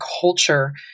culture